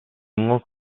single